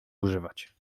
używać